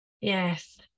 Yes